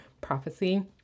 prophecy